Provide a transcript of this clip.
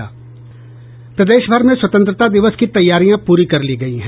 प्रदेश भर में स्वतंत्रता दिवस की तैयारियां पूरी कर ली गयी है